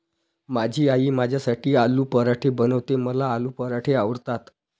माझी आई माझ्यासाठी आलू पराठे बनवते, मला आलू पराठे आवडतात